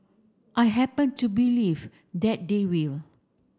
I happen to believe that they will